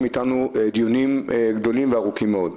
מאיתנו דיונים גדולים וארוכים מאוד.